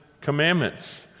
commandments